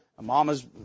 mama's